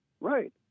Right